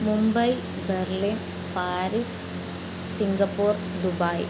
Mumbai Berlin Paris Singapore Dubai